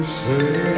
say